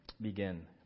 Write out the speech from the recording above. Begin